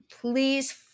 Please